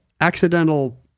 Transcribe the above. accidental